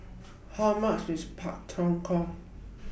How much IS Pak Thong Ko